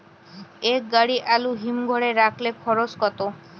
এক গাড়ি আলু হিমঘরে রাখতে খরচ কত?